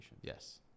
yes